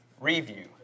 review